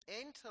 enter